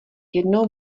jednou